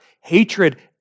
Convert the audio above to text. Hatred